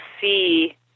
see